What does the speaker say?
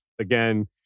again